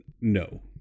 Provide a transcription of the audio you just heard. no